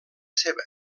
seva